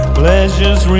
pleasures